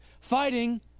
fighting